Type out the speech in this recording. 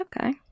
Okay